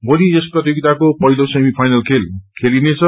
भोलि यस प्रतियोगिताको महिलो सेमी फइनल खेल खेलिनेछ